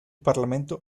parlamento